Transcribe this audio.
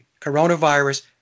Coronavirus